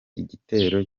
igitero